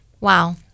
Wow